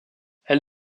elle